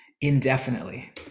indefinitely